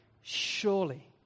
Surely